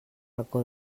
racó